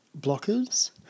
Blockers